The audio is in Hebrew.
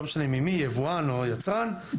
לא משנה ממי - יבואן או יצרן ולאחסן.